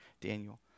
Daniel